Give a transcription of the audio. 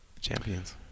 champions